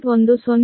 10 p